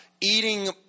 eating